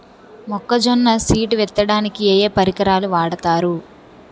మొక్కజొన్న సీడ్ విత్తడానికి ఏ ఏ పరికరాలు వాడతారు?